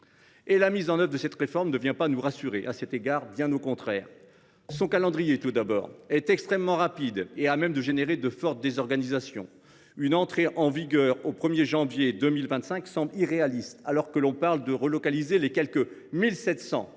La mise en œuvre de cette réforme ne vient pas nous rassurer à cet égard, bien au contraire. Son calendrier, tout d’abord, est extrêmement rapide et semble à même d’entraîner de fortes désorganisations. Une entrée en vigueur au 1 janvier 2025 semble irréaliste, alors que l’on parle de relocaliser les quelque 1 700